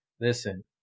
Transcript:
listen